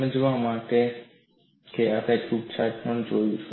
સમજાવવા માટે કે આપણે છૂટછાટ પર જોયું છે